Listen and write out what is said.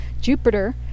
jupiter